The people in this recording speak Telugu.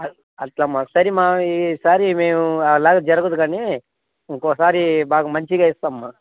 అట్ల అమ్మా సరి అమ్మా ఈసారి మేము అలా జరగదు కానీ ఇంకోసారి బాగా మంచిగా వేస్తాము అమ్మా